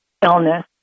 Illness